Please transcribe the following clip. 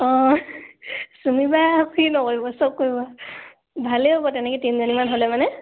অঁ চুমিবাই কি নকৰিব চব কৰিব ভালেই হ'ব তেনেকৈ তিনিজনীমান হ'লে মানে